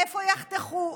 איפה יחתכו,